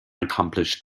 accomplished